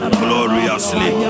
gloriously